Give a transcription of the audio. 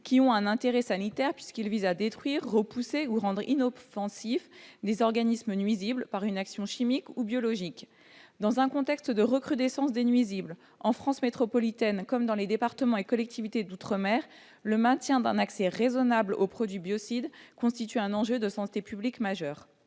-ayant un intérêt sanitaire qui visent à détruire, repousser ou rendre inoffensifs les organismes nuisibles par une action chimique ou biologique. Dans un contexte de recrudescence des nuisibles, en France métropolitaine comme dans les départements et collectivités d'outre-mer, le maintien d'un accès raisonnable aux produits biocides constitue un enjeu de santé publique majeur.